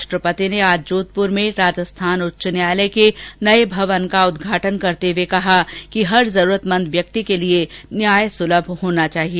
राष्ट्रपति ने आज जोधपूर में राजस्थान उच्च न्यायालय के नए भवन का उद्घाटन करते हुए कहा कि हर जरूरतमंद व्यक्ति के लिए न्याय सुलभ होना चाहिए